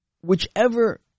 whichever